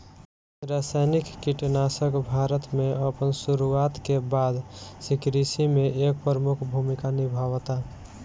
रासायनिक कीटनाशक भारत में अपन शुरुआत के बाद से कृषि में एक प्रमुख भूमिका निभावता